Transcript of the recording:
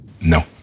No